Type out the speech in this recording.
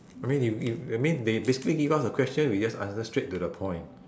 I mean if if I mean they basically give us an question we just answer straight to the point